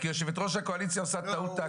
כיושבת ראש הקואליציה את עושה טעות טקטית.